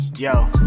Yo